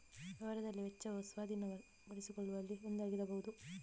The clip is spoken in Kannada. ವ್ಯವಹಾರದಲ್ಲಿ ವೆಚ್ಚವು ಸ್ವಾಧೀನಪಡಿಸಿಕೊಳ್ಳುವಿಕೆಯಲ್ಲಿ ಒಂದಾಗಿರಬಹುದು